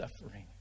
suffering